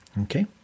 okay